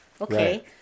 Okay